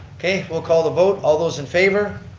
okay we'll call the vote, all those in favor?